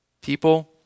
people